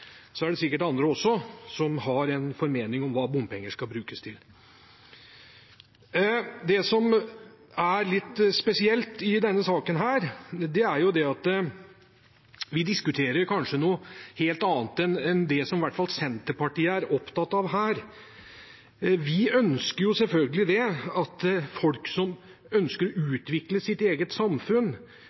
hva bompengene skal brukes til. Det som er litt spesielt i denne saken, er at vi kanskje diskuterer noe helt annet enn det i hvert fall Senterpartiet er opptatt av her. Vi mener selvfølgelig at når folk ønsker å utvikle sitt eget samfunn